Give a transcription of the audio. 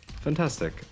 Fantastic